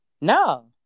No